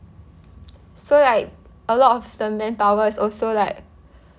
so like a lot of the manpower is also like